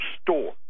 store